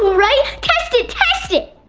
right! test it, test it!